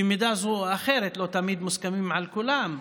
במידה כזאת או אחרת, לא תמיד מוסכמים על כולם,